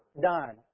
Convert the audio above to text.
done